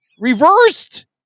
reversed